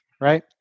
right